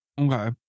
Okay